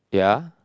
yeah